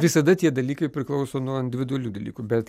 visada tie dalykai priklauso nuo individualių dalykų bet